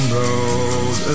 road